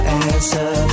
answer